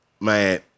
man